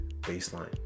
baseline